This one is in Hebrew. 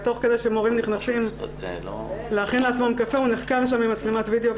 תוך כדי שמורים נכנסים להכין לעצמם קפה הוא נחקר שם עם מצלמת וידאו.